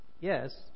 yes